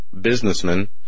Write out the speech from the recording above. businessman